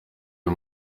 uwo